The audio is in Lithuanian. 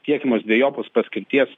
tiekiamos dvejopos paskirties